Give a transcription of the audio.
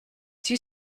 due